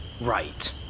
right